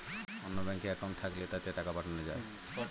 অন্য ব্যাঙ্কে অ্যাকাউন্ট থাকলে তাতে টাকা পাঠানো যায়